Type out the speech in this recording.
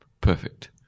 perfect